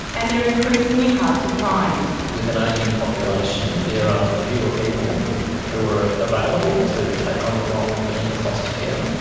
and they are increasingly hard to find. with an aging population there are fewer people who are ah available to take on the role of being a foster carer.